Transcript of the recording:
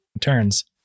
turns